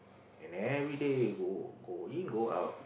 and everyday you go go in go out